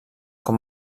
com